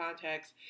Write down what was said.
context